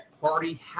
Party